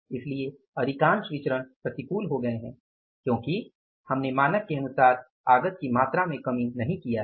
इसलिए अधिकांश विचरण प्रतिकूल हो गए हैं क्योंकि हमने मानक के अनुसार आगत की मात्रा में कमी नहीं किया है